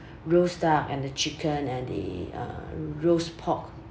roast duck and the chicken and the uh roast pork